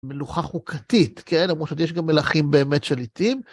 מלוכה חוקתית, כן? למרות שיש גם מלכים באמת שליטים.